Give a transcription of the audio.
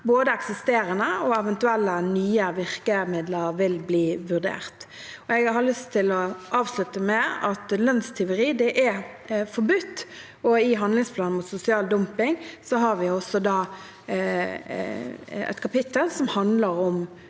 Både eksisterende og eventuelle nye virkemidler vil bli vurdert. Jeg har lyst til å avslutte med å si at lønnstyveri er forbudt, og i handlingsplanen mot sosial dumping har vi også et kapittel som handler om